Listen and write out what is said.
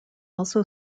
also